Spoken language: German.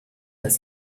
das